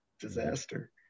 disaster